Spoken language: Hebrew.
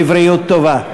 בבריאות טובה.